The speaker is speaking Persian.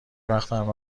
وقتم